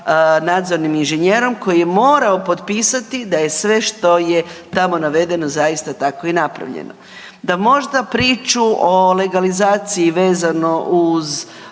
nadzornim inženjerom koji je morao potpisati da je sve što je tamo navedeno, zaista tako i napravljeno. Da možda priču o legalizaciji vezano uz